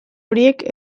horiek